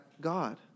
God